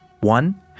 One